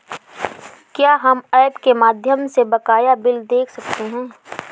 क्या हम ऐप के माध्यम से बकाया बिल देख सकते हैं?